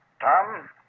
Tom